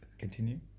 Continue